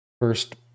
first